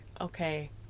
okay